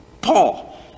Paul